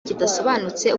kidasobanutse